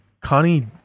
Connie